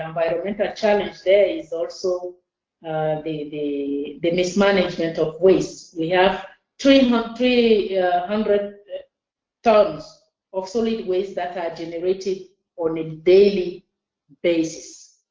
environmental challenges there is also the the mismanagement of waste. we have treatment three hundred tons of solid waste that are generated on a daily basis.